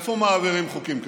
איפה מעבירים חוקים כאלה?